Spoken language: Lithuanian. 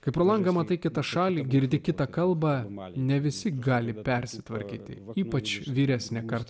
kai pro langą matai kitą šalį girdi kita kalba man ne visi gali persitvarkyti ypač vyresnė karta